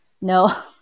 no